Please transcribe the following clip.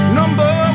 number